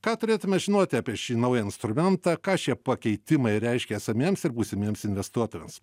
ką turėtume žinoti apie šį naują instrumentą ką šie pakeitimai reiškia esamiems ir būsimiems investuotojams